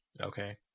Okay